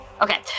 Okay